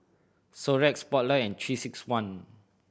Xorex Spotlight and Three Six One